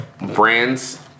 brands